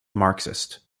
marxist